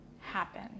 happen